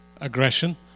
aggression